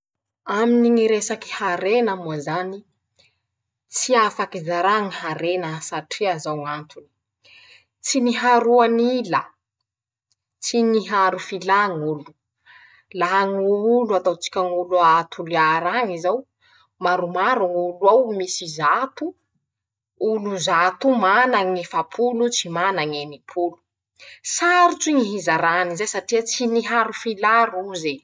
Aminy ñy resaky harena moa zany, tsy afaky zarà ñ'arena satria, zao ñ'antony: Tsy niharoanila, tsy niharo filà ñ'olo, laha ñ'olo atao tsika ñ'olo a Toliara añy zao, maromaro ñ'olo ao, misy zato, olo zatoo mana ñ'efapolo, tsy manañ'enimpolo, sarotsy ñy hizarà anizay satria tsy niharo filà roze.